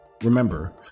Remember